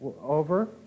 over